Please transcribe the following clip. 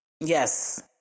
Yes